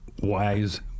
wise